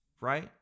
Right